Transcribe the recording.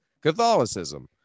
Catholicism